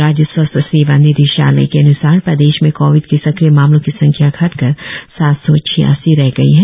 राज्य स्वास्थ्य सेवा निदेशालय के अन्सार प्रदेश में कोविड के सक्रिय मामलों की संख्या घटकर सात सौ छियासी रह गई है